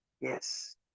Yes